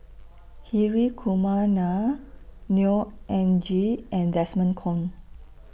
Hri Kumar Nair Neo Anngee and Desmond Kon